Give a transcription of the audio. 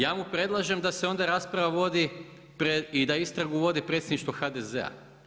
Ja mu predlažem da se ona rasprava vodi i da istragu vodi predsjedništvo HDZ-a.